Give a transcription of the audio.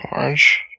George